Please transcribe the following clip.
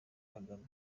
kagame